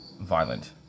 violent